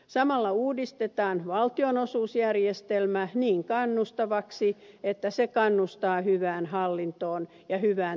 samalla uudistetaan valtionosuusjärjestelmä niin kannustavaksi että se kannustaa hyvään hallintoon ja hyvään terveydenhoitoon